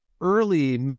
early